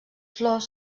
flors